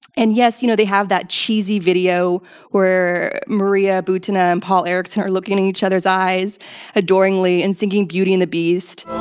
and yes, you know, they have that cheesy video where maria butina and paul erickson are looking in each other's eyes adoringly and singing beauty and the beast,